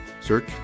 Search